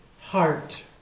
heart